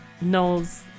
knows